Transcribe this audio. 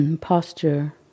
posture